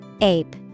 Ape